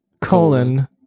colon